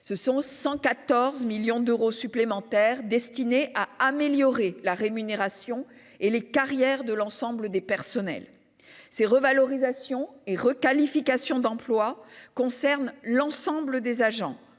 : 114 millions d'euros supplémentaires destinés à améliorer la rémunération et les carrières de l'ensemble des personnels. Ces revalorisations et requalifications d'emplois concernent l'ensemble des agents,